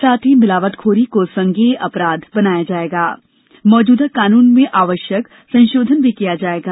साथ ही मिलावटखोरी को संज्ञेय अपराध बनाया जाएगा तथा मौजूदा कानून में आवश्यक संशोधन किया जाएगा